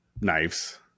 knives